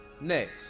Next